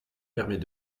permet